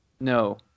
no